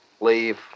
leave